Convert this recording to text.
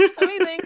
Amazing